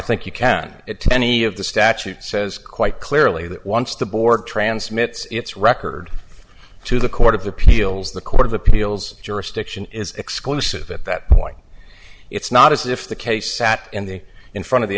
think you can get to any of the statute says quite clearly that once the board transmits its record to the court of appeals the court of appeals jurisdiction is exclusive at that point it's not as if the case sat in the in front